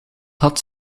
had